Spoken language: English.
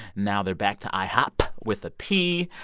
now they're back to ihop with a p.